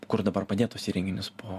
kur dabar padėt tuos įrenginius po